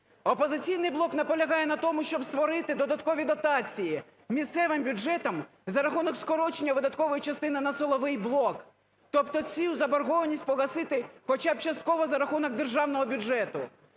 "Опозиційний блок" наполягає на тому, щоб створити додаткові дотації місцевим бюджетам за рахунок скорочення видаткової частини на силовий блок, тобто цю заборгованість погасити хоча б частково за рахунок державного бюджету.